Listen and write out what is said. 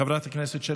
חבר הכנסת עמית הלוי,